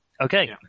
Okay